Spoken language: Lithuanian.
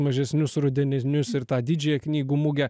mažesnius rudeninius ir tą didžiąją knygų mugę